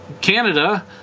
Canada